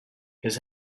his